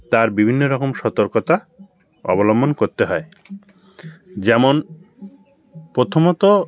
তার বিভিন্ন রকম সতর্কতা অবলম্বন করতে হয় যেমন প্রথমত